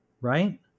right